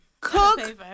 Cook